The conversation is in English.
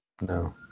No